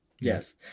Yes